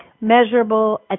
measurable